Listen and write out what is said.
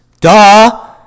Duh